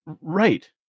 right